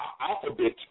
alphabet